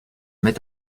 met